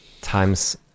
time's